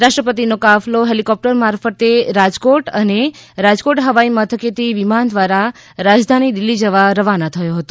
રાષ્ટ્રપતિનો કાફલો હેલિકોપ્ટર મારફતે રાજકોટ અને રાજકોટ હવાઈ મથકેથી વિમાન દ્વારા રાજધાની દિલ્લી જવા રવાના થયા હતા